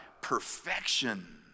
perfection